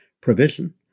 provision